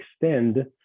extend